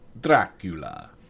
Dracula